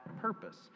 purpose